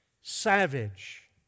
savage